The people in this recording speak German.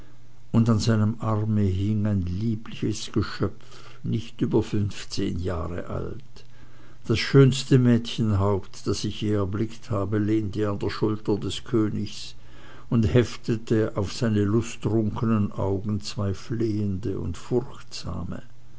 und an seinem arme hing ein liebliches geschöpf nicht über fünfzehn jahre alt das schönste mädchenhaupt das ich je erblickt habe lehnte an der schulter des königs und heftete auf seine lusttrunkenen augen zwei flehende und furchtsame